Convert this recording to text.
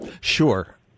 Sure